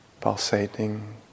pulsating